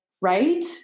right